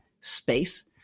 space